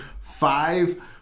five